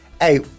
Hey